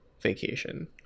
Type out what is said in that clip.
vacation